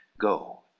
Go